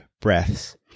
breaths